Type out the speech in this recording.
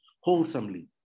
wholesomely